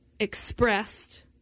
expressed